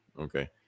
Okay